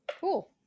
Cool